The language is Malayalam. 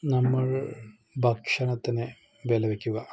നമ്മൾ ഭക്ഷണത്തിനെ വില വെക്കുക